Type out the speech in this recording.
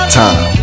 time